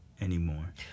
anymore